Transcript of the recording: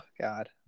God